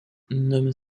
nomment